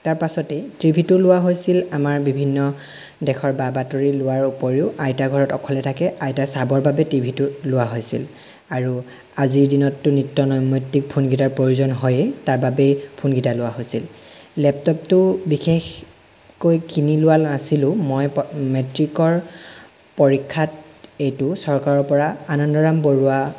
তাৰপিছতেই টিভিটো লোৱা হৈছিল আমাৰ বিভিন্ন দেশৰ বা বাতৰি লোৱাৰ উপৰিও আইতা ঘৰত অকলে থাকে আইতাৰ চাবৰ বাবে টিভিটো লোৱা হৈছিল আৰু আজিৰ দিনততো নিত্য নৈমিত্তিক ফোনকেইটাৰ প্ৰয়োজন হয়েই তাৰ বাবেই ফোনকেইটা লোৱা হৈছিল লেপটপটো বিশেষকৈ কিনি লোৱা নাছিলোঁ মই পা মেট্ৰিকৰ পৰীক্ষাত এইটো চৰকাৰৰ পৰা আনন্দৰাম বৰুৱা